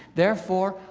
therefore,